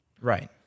Right